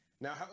Now